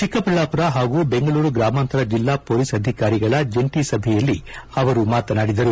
ಚಿಕ್ಕಬಳ್ಳಾಪುರ ಹಾಗೂ ಬೆಂಗಳೂರು ಗ್ರಾಮಾಂತರ ಜಲ್ಲಾ ಪೊಲೀಸ್ ಅಧಿಕಾರಿಗಳ ಜಂಟ ಸಭೆಯಲ್ಲಿ ಅವರು ಮಾತನಾಡಿದರು